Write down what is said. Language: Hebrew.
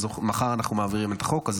מחר אנחנו מעבירים את החוק הזה.